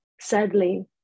Sadly